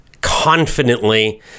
confidently